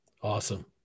Awesome